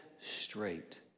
straight